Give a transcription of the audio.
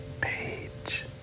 Page